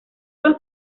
los